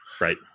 right